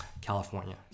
California